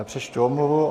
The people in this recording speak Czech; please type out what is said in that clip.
Přečtu omluvu.